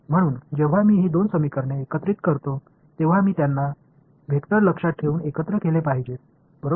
म्हणून जेव्हा मी ही दोन समीकरणे एकत्रित करतो तेव्हा मी त्यांना वेक्टर लक्षात ठेवून एकत्र केले पाहिजेत बरोबर